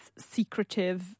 secretive